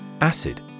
Acid